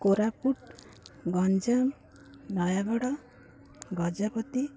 Koraput Ganjam Nayagarh Gajapati